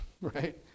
right